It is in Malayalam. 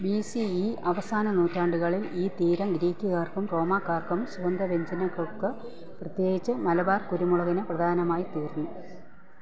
ബി സി ഇ അവസാന നൂറ്റാണ്ടുകളിൽ ഈ തീരം ഗ്രീക്കുകാർക്കും റോമാക്കാർക്കും സുഗന്ധവ്യഞ്ജനങ്ങൾക്ക് പ്രത്യേകിച്ച് മലബാർ കുരുമുളകിന് പ്രധാനമായി തീർന്നു